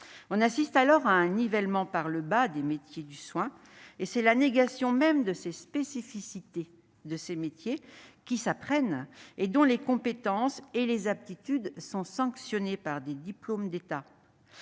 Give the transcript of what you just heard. On assiste alors à un nivellement par le bas, à la négation même des spécificités de ces métiers du soin, qui s'apprennent et dont les compétences et aptitudes sont sanctionnées par des diplômes d'État.